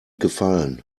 gefallen